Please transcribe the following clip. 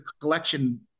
collection